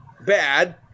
bad